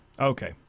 Okay